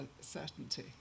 certainty